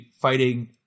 fighting